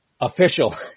official